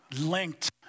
linked